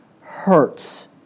hurts